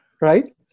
right